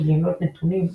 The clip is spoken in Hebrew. גיליונות נתונים,